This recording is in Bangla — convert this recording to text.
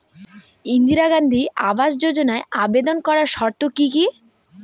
ইন্দিরা গান্ধী আবাস যোজনায় আবেদন করার শর্ত কি কি?